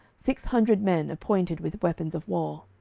six hundred men appointed with weapons of war.